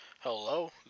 Hello